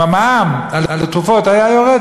אם המע"מ על התרופות היה יורד,